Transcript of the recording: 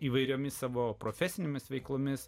įvairiomis savo profesinėmis veiklomis